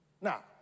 Now